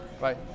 Bye